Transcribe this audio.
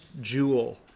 jewel